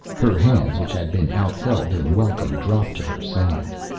her hands, which had been outheld in welcome, dropped to her sides.